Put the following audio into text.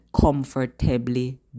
comfortably